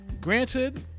granted